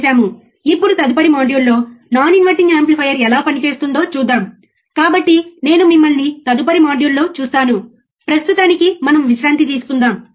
కాబట్టి ఇది ఈ ప్రత్యేకమైన మాడ్యూల్ యొక్క ముగింపు మరియు మరిన్ని ప్రయోగాలతో తదుపరి మాడ్యూల్లో మిమ్మల్ని చూస్తాను